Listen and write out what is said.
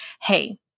hey